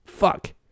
Fuck